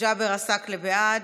ג'אבר עסאקלה, בעד,